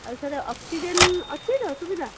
ଆଉ sir oxygen ଅଛି ତ ସୁବିଧା